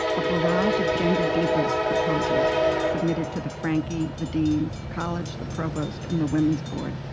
a barrage of gender divas' proposals submitted to the frankie, the deans, the college, the provost, and the women's board,